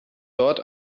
dort